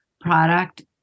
product